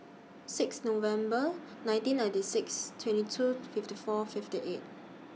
six November nineteen ninety six twenty two fifty four fifty eight